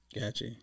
Gotcha